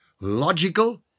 logical